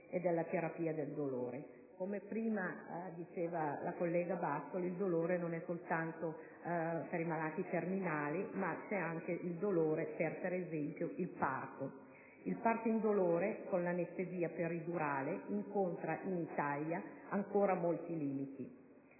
e alle terapie del dolore. Come prima diceva la collega Bassoli, il dolore non è legato soltanto ai malati terminali, ma esiste anche il dolore, per esempio, dovuto al parto. Il parto indolore, con l'anestesia peridurale, incontra in Italia ancora molti limiti.